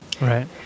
right